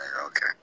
okay